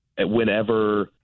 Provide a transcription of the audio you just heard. whenever –